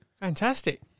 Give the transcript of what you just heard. Fantastic